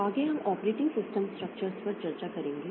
आगे हम operating system structures पर चर्चा करेंगे